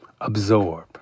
absorb